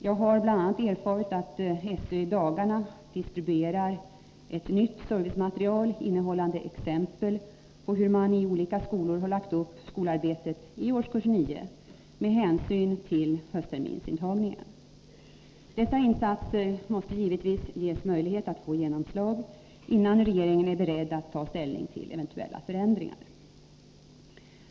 Jag har bl.a. erfarit att SÖ i dagarna distribuerar ett nytt servicematerial innehållande exempel på hur man i olika skolor har lagt upp skolarbetet i årskurs 9 med hänsyn till höstterminsintagningen. Dessa insatser måste givetvis ges möjlighet att få genomslag innan regeringen är beredd att ta ställning till eventuella förändringar.